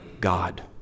God